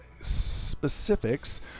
specifics